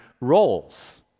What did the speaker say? roles